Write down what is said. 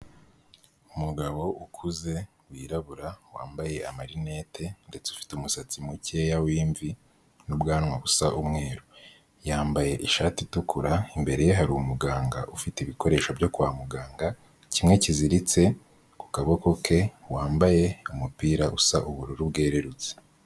Umugabo ukuze wirabura, wambaye marinete, ndetse ufite umusatsi mukeya w'imvi, n'ubwanwa busa umweru. Yambaye ishati itukura, imbere ye hari umuganga, ufite ibikoresho byo kwa muganga, kimwe kiziritse ku kaboko ke, wambaye umupira usa ubururu bwerurutse.